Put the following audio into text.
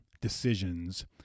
decisions